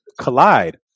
Collide